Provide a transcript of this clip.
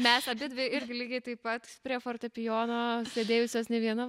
mes abidvi irgi lygiai taip pat prie fortepijono sėdėjusios ne vieną